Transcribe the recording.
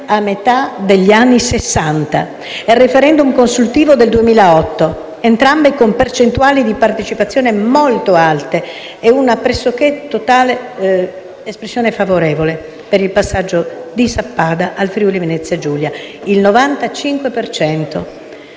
a metà degli anni Sessanta, e il *referendum* consultivo del 2008, entrambi con percentuali di partecipazione molto alte e un pressoché totale favore (95 per cento nel 2008) per il passaggio di Sappada al Friuli-Venezia Giulia.